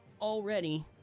already